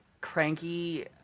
cranky